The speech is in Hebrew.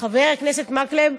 חבר הכנסת מקלב,